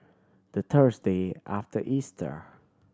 the Thursday after Easter